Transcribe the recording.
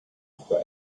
for